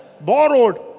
borrowed